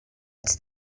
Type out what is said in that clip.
its